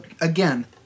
Again